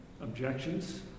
objections